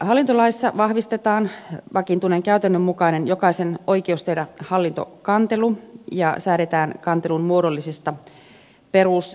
hallintolaissa vahvistetaan vakiintuneen käytännön mukainen jokaisen oikeus tehdä hallintokantelu ja säädetään kantelun muodollisista perusedellytyksistä